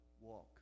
walk